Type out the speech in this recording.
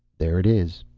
there it is,